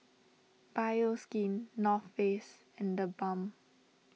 Bioskin North Face and the Balm